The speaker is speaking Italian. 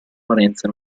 valenza